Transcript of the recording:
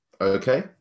okay